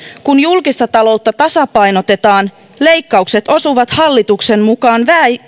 kun julkista taloutta tasapainotetaan leikkaukset osuvat hallituksen mukaan